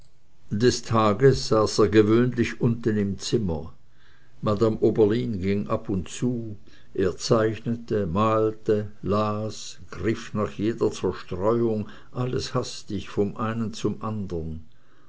des tags saß er gewöhnlich unten im zimmer madame oberlin ging ab und zu er zeichnete malte las griff nach jeder zerstreuung alles hastig von einem zum andern